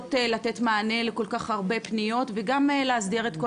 רוצות לתת מענה לכל כך הרבה פניות וגם להסדיר את כל